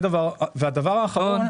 הדבר האחרון,